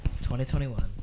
2021